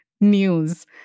news